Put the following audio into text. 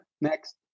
next